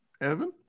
Evan